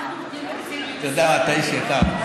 תודה, אתה איש יקר.